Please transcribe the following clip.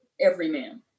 everyman